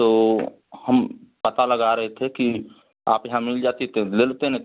तो हम पता लगा रहे थे कि आप यहाँ मिल जाती तो ले लेते न